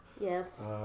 Yes